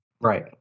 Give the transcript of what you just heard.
Right